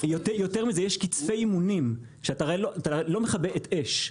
יותר מזה: יש קצפי אימונים, שאתה הרי לא מכבה אש.